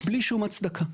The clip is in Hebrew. בלי שום הצדקה.